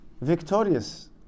victorious